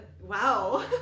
Wow